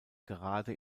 gerade